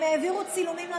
הם העבירו צילומים למשטרה,